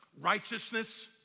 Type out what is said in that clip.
righteousness